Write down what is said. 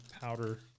powder